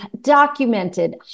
documented